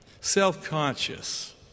Self-conscious